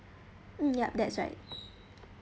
mm yup that's right